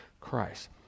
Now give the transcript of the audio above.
Christ